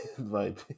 vibe